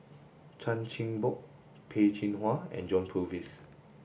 Chan Chin Bock Peh Chin Hua and John Purvis